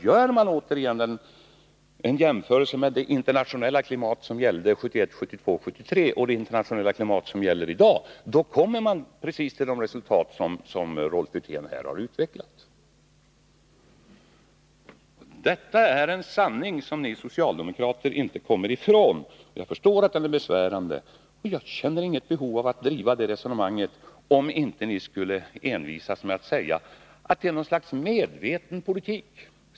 Vid en jämförelse mellan det internationella klimat som gällde åren 1971-1973 och det klimat som råder i dag kommer man nämligen fram till precis det resultat som Rolf Wirtén här har utvecklat. Detta är en sanning som ni socialdemokrater inte kommer ifrån. Jag förstår att den är besvärande. Jag känner inget behov av att föra detta resonemang, men jag måste göra det, eftersom ni envisas med att säga att vi medvetet för en politik som driver fram arbetslöshet.